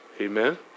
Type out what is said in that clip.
Amen